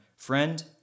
Friend